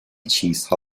چیزها